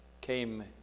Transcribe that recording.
came